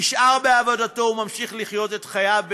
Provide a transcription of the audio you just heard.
הוא נשאר בעבודתו וממשיך לחיות את חייו,